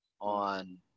on